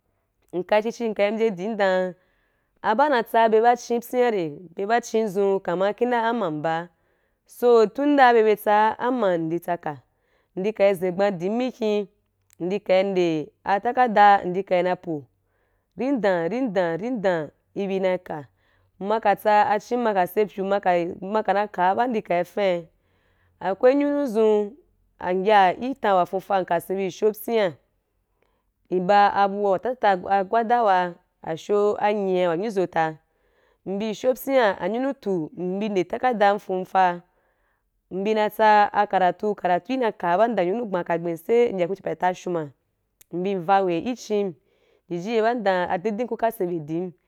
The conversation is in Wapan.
Nka chi chi nka í mbya di dan a ba na tsa be ba a chim pyin rai bye ba chín zum kama ki nde ama mbaa so tun nde bye tsaa am ma ndí tsa ka ndi kka í zím gban dín mikín ndi ka í nde a ta ka da ndi ka na i po ri dan ri dan ri dam i bi na i ka mma ka tsa a chí ma í se pyu mma ka mma ka i ka ba ndi ka yi fan’í akwaí nyunu zun n ya í tan wa fuufa nka sen bí a sho psyían i ba abu wa tata ah gwadaiwa asho anyia wa nyozota mbi asho pyim my tu mbi nde takada nfon fa mbi n tsa a karatu, karatu na kaa ba ndan anyunui gbaa ka gbei sai n ya hwen achepe wa tashuma mbi n za we i chím jiji ye ba ndom a dín dìm ku ka sen bí dìm.